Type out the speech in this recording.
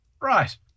right